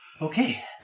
Okay